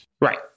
right